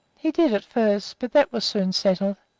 he did at first, but that was soon settled.